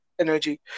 energy